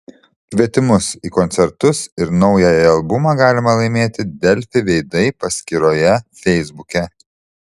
kvietimus į koncertus ir naująjį albumą galima laimėti delfi veidai paskyroje feisbuke